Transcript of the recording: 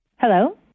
Hello